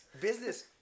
Business